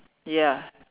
ya